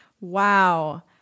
Wow